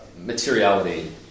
materiality